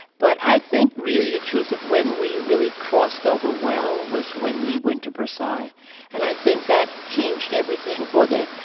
but i think really the truth of when we really crossed over well was when we went to versailles and i think that changed everything for the,